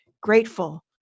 Grateful